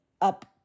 up